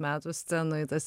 metų scenoj tas